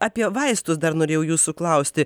apie vaistus dar norėjau jūsų klausti